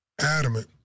Adamant